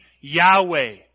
Yahweh